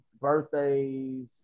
Birthdays